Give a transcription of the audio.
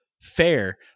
Fair